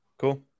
cool